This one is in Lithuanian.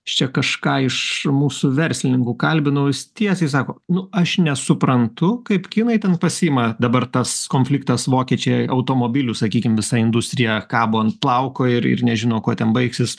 aš čia kažką iš mūsų verslininkų kalbinau jis tiesiai sako nu aš nesuprantu kaip kinai ten pasiima dabar tas konfliktas vokiečiai automobilių sakykim visą industriją kabo ant plauko ir ir nežino kuo ten baigsis